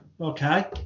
okay